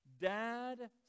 Dad